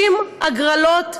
60 הגרלות הפסדתי.